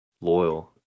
loyal